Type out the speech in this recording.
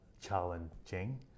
challenging